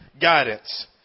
guidance